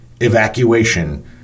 evacuation